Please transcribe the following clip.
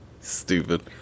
Stupid